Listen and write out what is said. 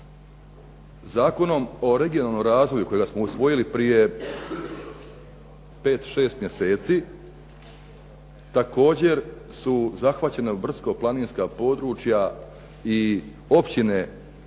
Zakonom o regionalnom razvoju koje ga smo usvojili prije 5, 6 mjeseci također su zahvaćene brdsko-planinska područja i općine